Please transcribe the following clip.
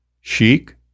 chic